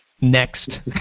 Next